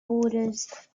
borders